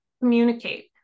Communicate